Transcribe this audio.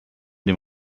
dem